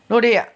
no dey